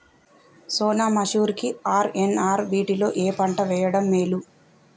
సోనా మాషురి కి ఆర్.ఎన్.ఆర్ వీటిలో ఏ పంట వెయ్యడం మేలు?